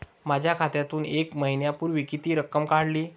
माझ्या खात्यातून एक महिन्यापूर्वी किती रक्कम काढली?